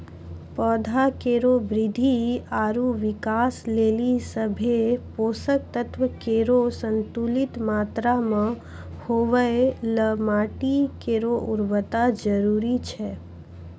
पौधा केरो वृद्धि आरु विकास लेलि सभ्भे पोसक तत्व केरो संतुलित मात्रा म होवय ल माटी केरो उर्वरता जरूरी छै